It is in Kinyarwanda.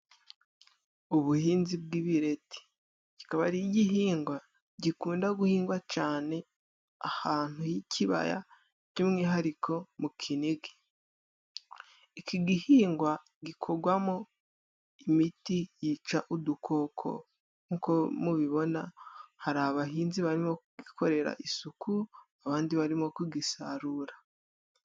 Ubuhinzi bw'ibireti. Kikaba ari igihingwa gikunda guhingwa cyane ahantu h'ikibaya，by'umwihariko mu Kinigi. Iki gihingwa gikorwamo imiti yica udukoko, nk'uko，mubibona hari abahinzi barimo kugikorera isuku, abandi barimo kugisarura.